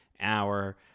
hour